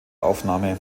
aufnahme